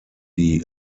die